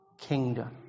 kingdom